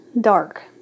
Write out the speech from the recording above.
dark